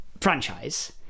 franchise